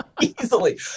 Easily